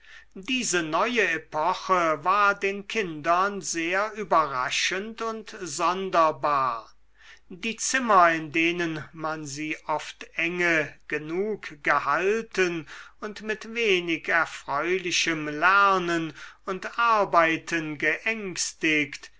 diese neue epoche war den kindern sehr überraschend und sonderbar die zimmer in denen man sie oft enge genug gehalten und mit wenig erfreulichem lernen und arbeiten geängstigt